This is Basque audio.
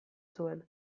zuen